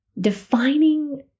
defining